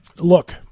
Look